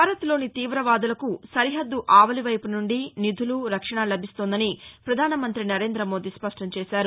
భారత్లోని తీవ వాదులకు సరిహద్దు ఆవలివైపు నుండి నిధులు రక్షణ లభిస్తోందని పధాన మంత్రి నరేంద మోదీ స్పష్టం చేశారు